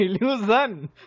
illusion